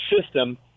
system